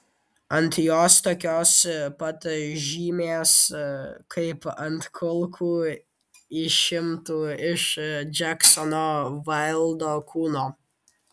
ant jos tokios pat žymės kaip ant kulkų išimtų iš džeksono vaildo kūno